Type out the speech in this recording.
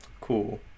Cool